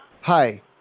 Hi